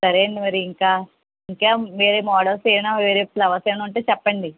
సరే అండీ మరి ఇంక ఇంక వేరే మోడల్స్ ఏమైన వేరే ఫ్లవర్స్ ఏమన్నా ఉంటే చెప్పండి